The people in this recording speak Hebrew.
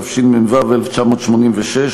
התשמ"ו 1986,